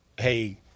hey